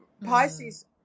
Pisces